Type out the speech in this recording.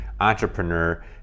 entrepreneur